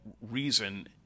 reason